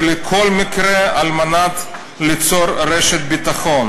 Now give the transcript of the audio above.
ולכל מקרה, על מנת ליצור רשת ביטחון